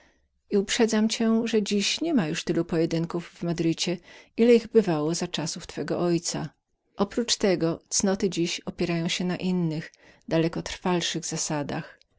i uprzedzam cię że dziś niema już tyle pojedynków w madrycie ile ich bywało za czasów twego ojca oprócz tego cnoty dziś opierają się na innych daleko trwalszych zasadach